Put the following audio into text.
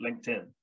LinkedIn